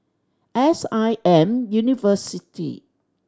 S I M University